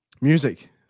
Music